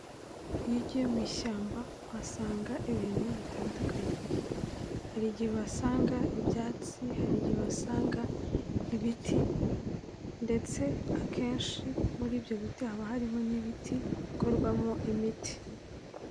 Iyo ugiye mu ishyamba, uhasanga ibintu bitandukanye. Hari igihe uhasanga ibyatsi, hari igihe uhasanga ibiti, ndetse akenshi muri ibyo biti haba harimo n'ibiti, bikorwamo imiti.